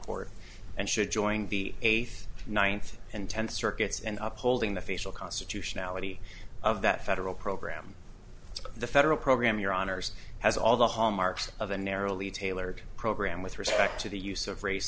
court and should join the eighth ninth and tenth circuits and up holding the facial constitutionality of that federal program the federal program your honour's has all the hallmarks of a narrowly tailored program with respect to the use of race